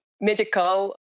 medical